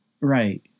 Right